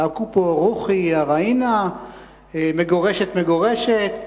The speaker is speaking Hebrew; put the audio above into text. צעקו פה: רוחי, יא ח'אאנה, מגורשת, מגורשת.